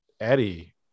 eddie